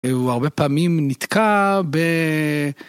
הוא הרבה פעמים נתקע ב...